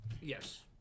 yes